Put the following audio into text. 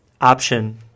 Option